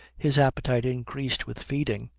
his appetite increased with feeding,